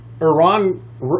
Iran